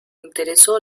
interesó